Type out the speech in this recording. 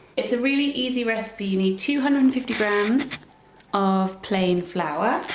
it's a really easy recipe, you need two hundred and fifty grams of plain flour